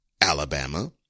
Alabama